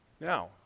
Now